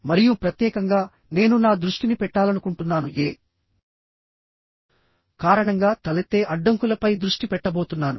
మరియు ప్రత్యేకంగానేను నా దృష్టిని పెట్టాలనుకుంటున్నాను ఏ కారణంగా తలెత్తే అడ్డంకుల పై దృష్టి పెట్టబోతున్నాను